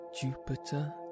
Jupiter